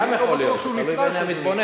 זה גם יכול להיות, תלוי בעיני המתבונן.